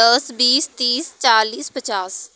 दस बीस तीस चालीस पचास